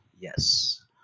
Yes